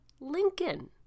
Lincoln